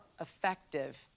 effective